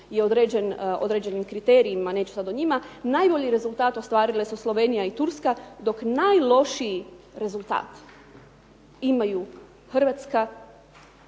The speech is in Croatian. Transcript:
određenim kriterijima, neću sad o njima, najbolji rezultat ostvarile su Slovenija i Turska dok najlošiji rezultat imaju Hrvatska